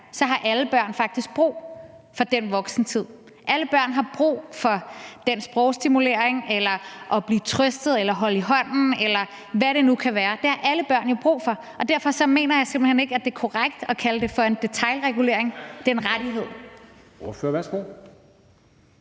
så har alle børn faktisk brug for den voksentid. Alle børn har brug for sprogstimulering eller at blive trøstet eller holdt i hånden, eller hvad det nu kan være. Det har alle børn jo brug for. Derfor mener jeg simpelt hen ikke, at det er korrekt at kalde den rettighed for en detailregulering. Kl. 18:43 Formanden (Henrik